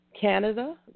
Canada